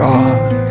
God